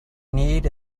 need